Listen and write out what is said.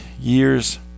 years